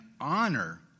honor